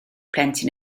plentyn